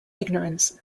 ignorance